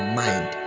mind